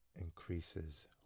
increases